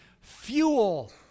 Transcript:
fuel